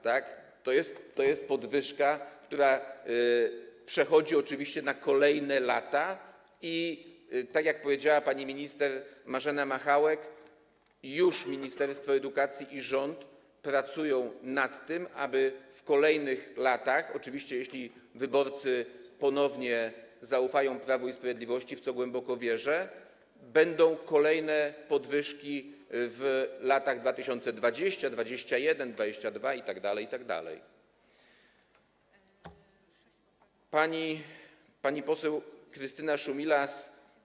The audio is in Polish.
To jest podwyżka, która przechodzi oczywiście na kolejne lata, i tak jak powiedziała pani minister Marzena Machałek, ministerstwo edukacji i rząd pracują nad tym, aby w kolejnych latach, oczywiście jeśli wyborcy ponownie zaufają Prawu i Sprawiedliwości, w co głęboko wierzę, były kolejne podwyżki, w latach 2020, 2021, 2022 itd., itd. Pani poseł Krystyna Szumilas.